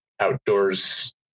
outdoors